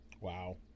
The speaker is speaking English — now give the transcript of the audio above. Wow